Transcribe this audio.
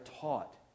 taught